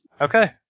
Okay